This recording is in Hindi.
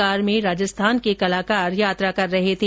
कार में राजस्थान के कलाकार यात्रा कर रहे थे